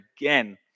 again